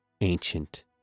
ancient